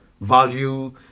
value